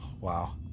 Wow